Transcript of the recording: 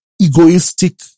egoistic